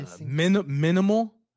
Minimal